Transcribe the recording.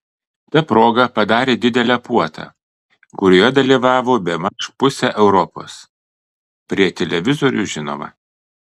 ta proga padarė didelę puotą kurioje dalyvavo bemaž pusė europos prie televizorių žinoma